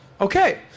Okay